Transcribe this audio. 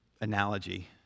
analogy